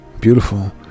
Beautiful